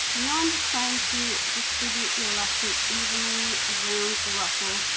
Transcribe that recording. and now i'm just trying to distribute the elastic evenly around the ruffle.